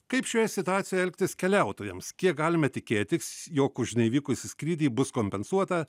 kaip šioje situacijoje elgtis keliautojams kiek galime tikėtis jog už neįvykusį skrydį bus kompensuota